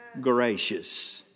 gracious